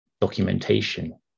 documentation